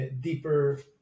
deeper